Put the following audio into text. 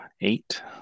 eight